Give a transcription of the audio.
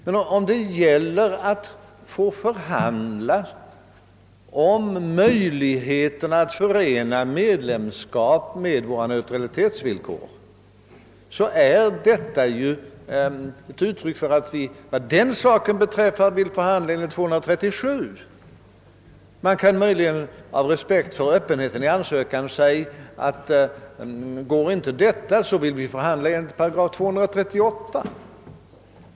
Men om det gäller att få förhandla om möjligheterna att förena medlemskap med våra neutralitetsvillkor är detta ett uttryck för att vi, vad den saken beträffar, vill förhandla enligt 8 237. Man kan möjligen av respekt för öppenheten i ansökan säga att om inte detta går vill vi förhandla enligt § 238.